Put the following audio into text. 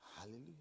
Hallelujah